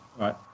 right